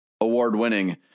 award-winning